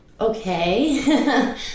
Okay